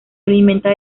alimentan